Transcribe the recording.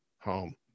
home